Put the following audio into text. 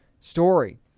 story